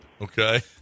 okay